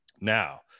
Now